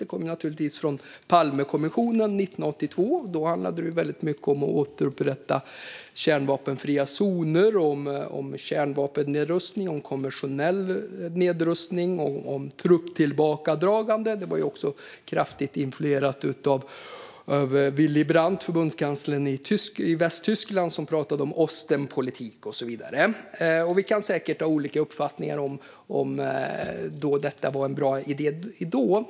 Det kommer naturligtvis från Palmekommissionen 1982. Då handlade det mycket om att återupprätta kärnvapenfria zoner, om kärnvapennedrustning och konventionell nedrustning och om trupptillbakadraganden. Det var också kraftigt influerat av Willy Brandt, dåvarande förbundskansler i Västtyskland, som talade om Ostpolitik och så vidare. Vi kan säkert ha olika uppfattningar om detta var en bra idé då.